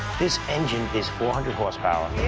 this engine is four hundred horsepower. yeah!